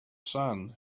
sun